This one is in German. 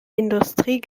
industrie